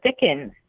Dickens